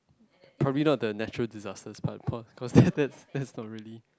probably not the natural disasters part cause cause that's that's not really